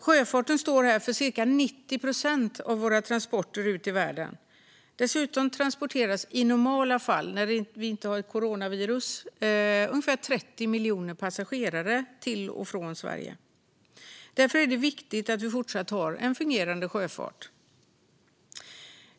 Sjöfarten står här för ca 90 procent av våra transporter ut i världen. Dessutom transporteras i normalfallet, när världen inte drabbats av coronavirus, ungefär 30 miljoner passagerare till och från Sverige. Därför är det viktigt att vi även i fortsättningen har fungerande sjöfart.